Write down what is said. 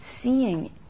seeing